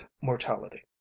mortality